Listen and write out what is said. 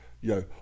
yo